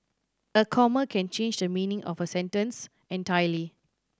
a comma can change the meaning of a sentence entirely